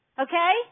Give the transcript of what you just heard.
Okay